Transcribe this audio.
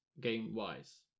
game-wise